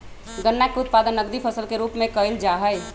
गन्ना के उत्पादन नकदी फसल के रूप में कइल जाहई